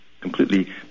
completely